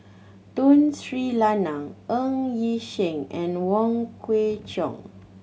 Tun Sri Lanang Ng Yi Sheng and Wong Kwei Cheong